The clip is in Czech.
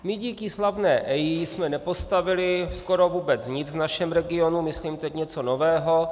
My díky slavné EIA jsme nepostavili skoro vůbec nic v našem regionu, myslím teď něco nového.